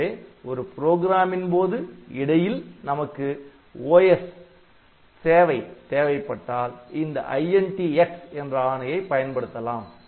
எனவே ஒரு ப்ரோக்ராமின் போது இடையில் நமக்கு OS சேவை தேவைப்பட்டால் இந்த INT x என்ற ஆணையை பயன்படுத்தலாம்